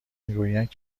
میگویند